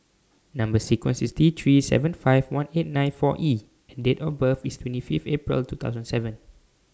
Number sequence IS T three seven five one eight nine four E and Date of birth IS twenty Fifth April two thousand seven